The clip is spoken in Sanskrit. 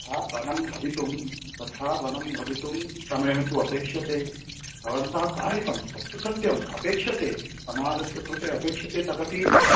तथा वनं भवितुं तथा वनं भवितुं समयः तु अपेक्ष्यते भवन्तः कारितं तत्तु सत्यम् अपेक्ष्यते समाजस्य कृते अपेक्ष्यते तदपि